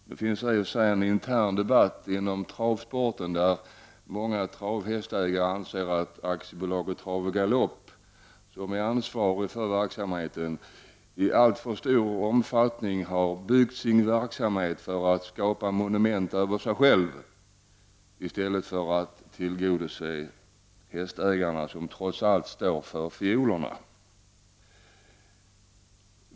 Det förs en intern debatt inom travsporten där många travhästägare anser att AB Trav och galopp, som är ansvarigt för verksamheten, i alltför stor omfattning har byggt sin verksamhet för att skapa monument över sig självt, i stället för att tillgodose hästägarnas intresse — det är ju trots allt hästägarna som står för fiolerna.